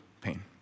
pain